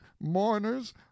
mourners